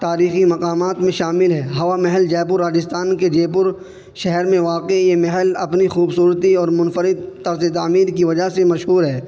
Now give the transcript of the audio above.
تاریخی مقامات میں شامل ہے ہوا محل جے پور راجستھان کے جے پور شہر میں واقع یہ محل اپنی خوبصورتی اور منفرد طرز تعمیر کی وجہ سے مشہور ہے